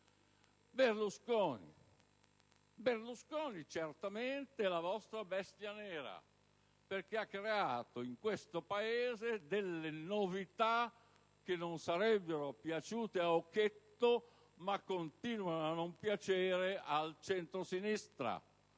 Berlusconi certamente è la vostra bestia nera, perché ha introdotto in questo Paese delle novità che non sarebbero piaciute ad Occhetto e continuano a non piacere al centrosinistra.